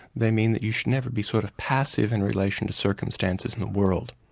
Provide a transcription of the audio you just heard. they mean that you should never be sort of passive in relation to circumstances in the world.